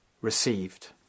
received